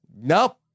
Nope